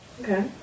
Okay